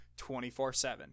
24-7